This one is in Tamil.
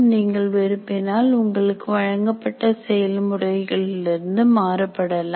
நீங்கள் விரும்பினால் உங்களுக்கு வழங்கப்பட்ட செயல்முறையில் இருந்து மாறுபடலாம்